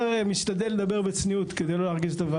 משתדל לדבר בצניעות, כדי לא להרגיז את הוועדות.